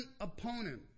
opponent